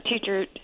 teacher